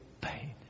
pain